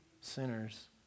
sinners